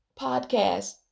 podcast